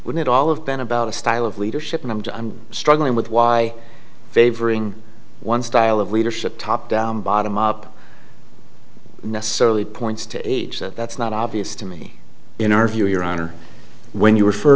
wouldn't all of been about a style of leadership and i'm struggling with why favoring one style of leadership top down bottom up necessarily points to age that's not obvious to me in our view your honor when you refer